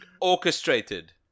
orchestrated